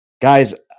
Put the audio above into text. Guys